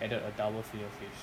added a double filet-O-fish